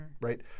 right